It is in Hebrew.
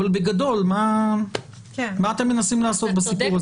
אבל בגדול מה אתם מנסים לעשות בסיפור זה?